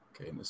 okay